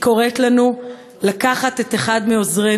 בדיון בוועדת הכנסת: היא קוראת לנו לקחת את אחד מעוזרינו